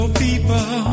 people